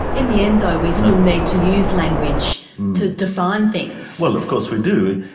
in the end though we still need to use language to define things. well of course we do.